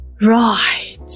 Right